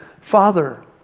father